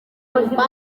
kayumba